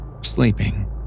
Sleeping